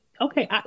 okay